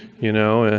you know.